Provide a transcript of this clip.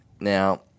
Now